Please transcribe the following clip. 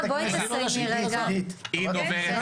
רק